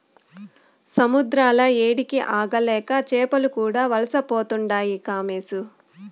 సముద్రాల ఏడికి ఆగలేక చేపలు కూడా వలసపోతుండాయి కామోసు